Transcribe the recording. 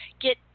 get